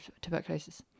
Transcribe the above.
tuberculosis